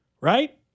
right